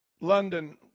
London